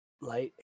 Light